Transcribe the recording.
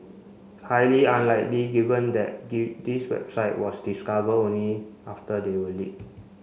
highly unlikely given that the these website was discover only after they were leaked